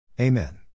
Amen